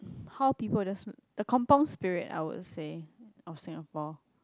how people just the kampung Spirit I would say of Singapore